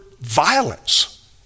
violence